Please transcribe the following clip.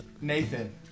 Nathan